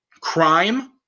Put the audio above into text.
crime